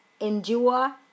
endure